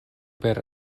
per